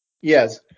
Yes